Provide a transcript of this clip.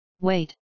Wait